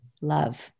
Love